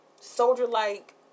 soldier-like